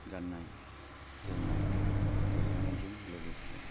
गाननाय जोमनाय देलायनायजों लोगोसे